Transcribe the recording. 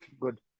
good